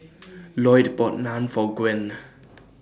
Loyd bought Naan For Gwen